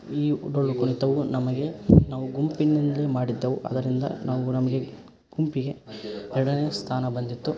ಇವು ಡೊಳ್ಳು ಕುಣಿತವು ನಮಗೆ ನಾವು ಗುಂಪಿನಲ್ಲಿ ಮಾಡಿದ್ದೆವು ಅದರಿಂದ ನಾವು ನಮಗೆ ಗುಂಪಿಗೆ ಎರಡನೇ ಸ್ಥಾನ ಬಂದಿತ್ತು